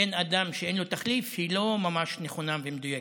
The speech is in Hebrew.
שאין אדם שאין לו תחליף היא לא ממש נכונה ומדויקת.